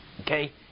Okay